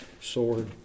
sword